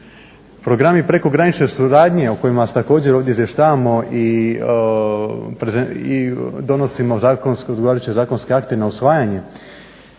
Programi prekogranične suradnje o kojima se također ovdje izvještavamo i donosimo odgovarajuće zakonske akte na usvajanje